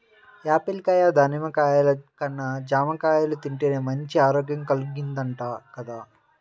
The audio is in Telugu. యాపిల్ కాయ, దానిమ్మ కాయల కన్నా జాంకాయలు తింటేనే మంచి ఆరోగ్యం కల్గిద్దంట గదా